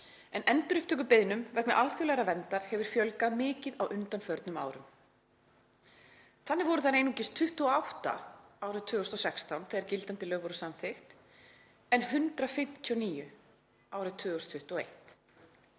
en endurupptökubeiðnum vegna alþjóðlegrar verndar hefur fjölgað mikið á undanförnum árum. Þannig voru þær einungis 28 árið 2016 þegar gildandi lög voru samþykkt en 159 árið 2021.